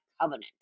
covenant